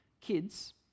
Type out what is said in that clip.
Kids